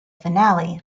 finale